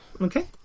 Okay